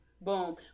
boom